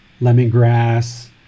lemongrass